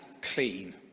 clean